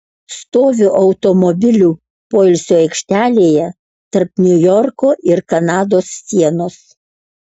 stoviu automobilių poilsio aikštelėje tarp niujorko ir kanados sienos